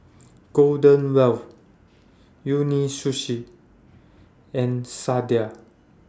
Golden Wheel Umisushi and Sadia